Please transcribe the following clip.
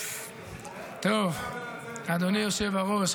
אדוני היושב-ראש,